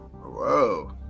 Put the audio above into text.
Whoa